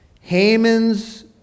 Haman's